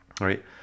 right